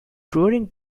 touring